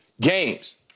games